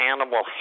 animal